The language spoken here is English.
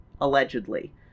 allegedly